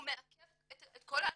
הוא מעכב את כל ההליכים,